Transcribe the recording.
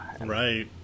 Right